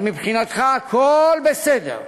אבל מבחינתך הכול בסדר.